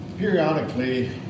Periodically